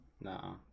no